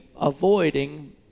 avoiding